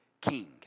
king